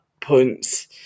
points